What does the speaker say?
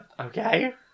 Okay